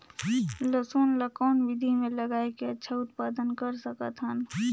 लसुन ल कौन विधि मे लगाय के अच्छा उत्पादन कर सकत हन?